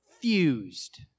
fused